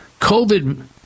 COVID